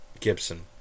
Gibson